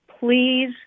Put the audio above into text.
please